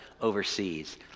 overseas